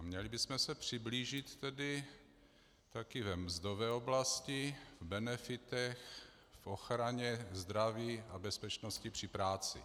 Měli bychom se přiblížit tedy také ve mzdové oblasti, benefitech, ochraně, zdraví a bezpečnosti při práci.